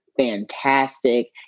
fantastic